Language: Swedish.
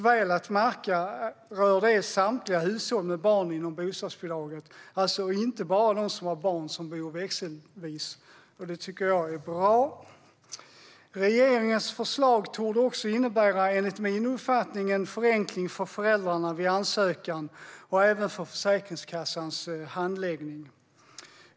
Väl att märka rör detta samtliga hushåll med barn inom bostadsbidraget, alltså inte bara dem som har barn som bor växelvis. Det tycker jag är bra. Regeringens förslag torde enligt min uppfattning också innebära en förenkling för föräldrarna vid ansökan och även för Försäkringskassans handläggning.